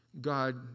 God